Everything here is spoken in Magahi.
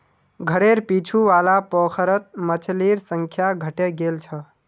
घरेर पीछू वाला पोखरत मछलिर संख्या घटे गेल छ